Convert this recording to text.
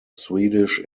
swedish